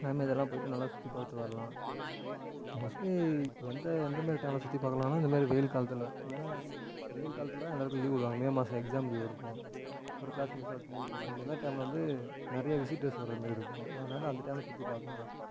அதே மாதிரி இதெல்லாம் போய்விட்டு நல்லா சுற்றி பார்த்துட்டு வரலாம் மோஸ்ட்லி எந்த எந்த மாதிரி டைமில் சுற்றி பார்க்கலான்னா இந்த மாதிரி வெயில் காலத்தில் ஏன்னால் வெயில் காலத்தில் தான் எல்லாேருக்கும் லீவு விடுவாங்க மே மாதம் எக்ஸாம் லீவு இருக்கும் ஒரு க்ளாஸ் முடிச்சுட்டு அடுத்து லீவு போடுறோம் அந்த மாதிரி டைமில் வந்து நிறையா விசிட்டர்ஸ் வர மாதிரி இருக்கும் அதனால அந்த டைமில் சுற்றி பார்க்கலாம்